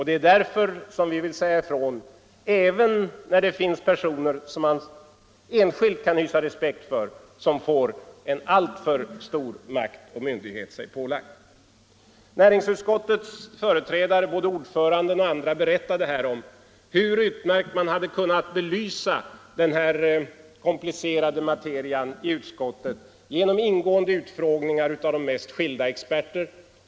Det är därför som vi vill säga ifrån även när personer som man enskilt kan hysa respekt för får en alltför stor makt och myndighet sig tillagda. Företrädarna för näringsutskottet, både dess ordförande och andra, berättade här om hur utmärkt man hade kunnat belysa denna komplicerade materia i utskottet genom ingående utfrågningar av de mest skilda experter.